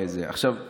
עכשיו,